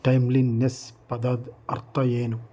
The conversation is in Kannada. ಟೈಮ್ಲಿಂಗ್ನೆಸ್ ಪದದ ಅರ್ಥ ಏನು